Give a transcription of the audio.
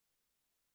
למשל.